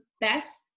best